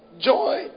Joy